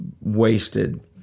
wasted